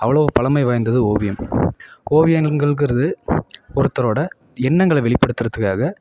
அவ்வளோ பழமை வாய்ந்தது ஓவியம் ஓவியங்கள்கள்ங்கறது ஒருத்தரோட எண்ணங்களை வெளிப்படுத்துறதுக்காக